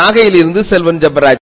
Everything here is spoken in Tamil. நாகையிலிருந்து செல்வன் ஜெபராஜ்